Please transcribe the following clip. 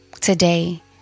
today